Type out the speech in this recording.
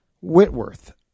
Whitworth